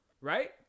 Right